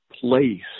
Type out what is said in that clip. place